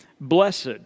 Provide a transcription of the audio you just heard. Blessed